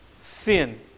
sin